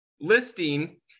listing